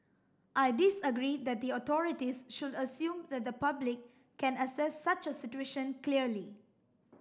I disagree that the authorities should assume that the public can assess such a situation clearly